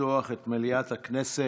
על שולחן הכנסת,